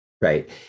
right